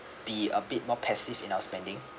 be a bit more passive in our spending